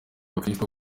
abakristo